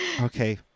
Okay